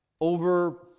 over